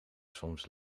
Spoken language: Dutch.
soms